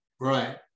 Right